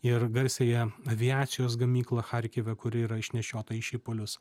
ir garsiąją aviacijos gamyklą charkive kuri yra išnešiota į šipulius